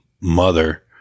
mother